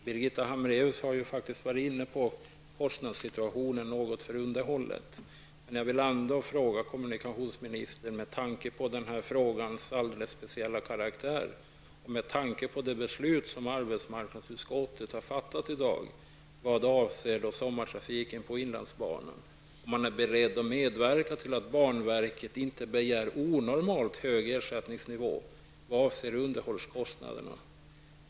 Birgitta Hambraeus har ju faktiskt tagit upp underhållskostnaderna, men med tanke på detta problems alldeles speciella karaktär och med tanke på det beslut som arbetsmarknadsutskottet i dag har fattat beträffande sommartrafiken på inlandsbanan vill jag ändå fråga: Är man beredd att medverka till att banverket inte begär onormalt hög ersättningsnivå vad avser underhållskostnaderna?